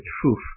truth